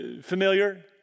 familiar